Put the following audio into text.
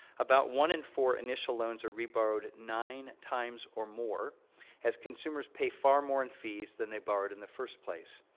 about one in four initial loans are reborrowed nine times or more as consumers pay far more in fees than they borrowed in the first place.